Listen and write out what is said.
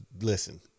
Listen